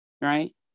right